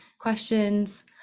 questions